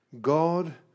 God